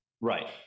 Right